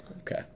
Okay